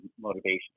motivation